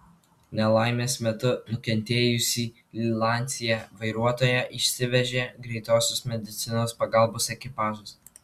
nelaimės metu nukentėjusį lancia vairuotoją išsivežė greitosios medicinos pagalbos ekipažas